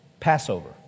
Passover